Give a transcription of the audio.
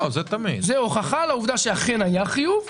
זה הוכחה לעובדה שאכן היה חיוב.